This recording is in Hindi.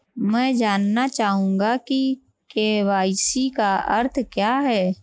मैं जानना चाहूंगा कि के.वाई.सी का अर्थ क्या है?